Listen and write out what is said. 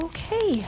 Okay